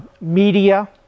media